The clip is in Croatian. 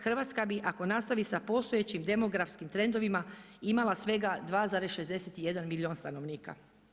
Hrvatska bi ako nastavi sa postojećim demografskim trendovima imala svega 2,61 milijun stanovnika.